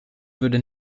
würde